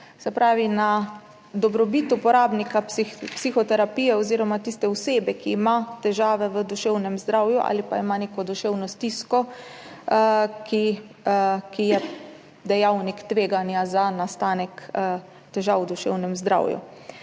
se pravi na dobrobit uporabnika psihoterapije oziroma tiste osebe, ki ima težave v duševnem zdravju ali pa ima neko duševno stisko, ki je dejavnik tveganja za nastanek težav v duševnem zdravju.